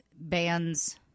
bands